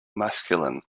masculine